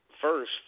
first